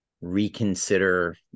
reconsider